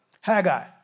Haggai